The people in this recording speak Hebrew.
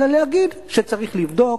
אלא להגיד שצריך לבדוק,